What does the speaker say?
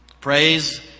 Praise